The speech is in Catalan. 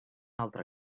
altre